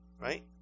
Right